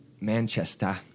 Manchester